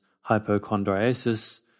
hypochondriasis